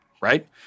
Right